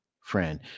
friend